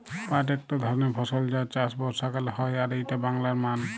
পাট একট ধরণের ফসল যার চাষ বর্ষাকালে হয় আর এইটা বাংলার মান